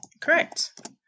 Correct